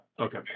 Okay